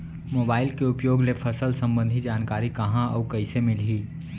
Mobile के उपयोग ले फसल सम्बन्धी जानकारी कहाँ अऊ कइसे मिलही?